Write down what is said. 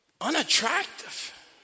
unattractive